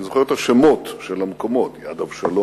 אני זוכר את השמות של המקומות: יד-אבשלום.